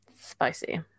spicy